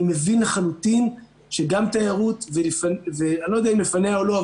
אני מבין לחלוטין שגם תיירות אני לא יודע אם לפנייה או לא,